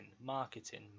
marketing